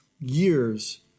years